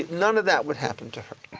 none of that would happen to her.